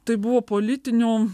tai buvo politinių